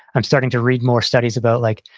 i'm starting to read more studies about like,